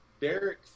Derek